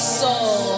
soul